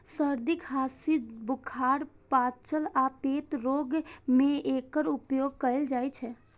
सर्दी, खांसी, बुखार, पाचन आ पेट रोग मे एकर उपयोग कैल जाइ छै